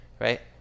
right